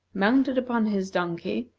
mounted upon his donkey,